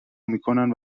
میکنن